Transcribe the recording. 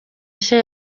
nshya